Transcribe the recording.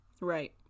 Right